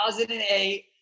2008